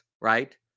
right